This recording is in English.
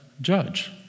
judge